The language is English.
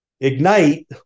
Ignite